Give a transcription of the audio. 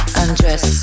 undress